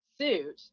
suit